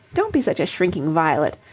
don't be such a shrinking violet.